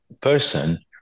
person